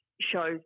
shows